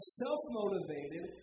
self-motivated